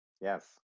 Yes